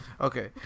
okay